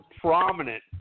prominent